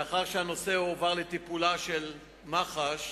מאחר שהנושא הועבר לטיפולה של מח"ש,